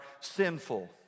sinful